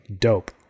dope